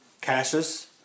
caches